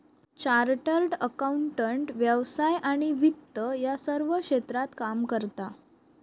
chartered accountant व्यवसाय आणि वित्त या सर्व क्षेत्रात काम करता